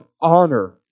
honor